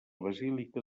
basílica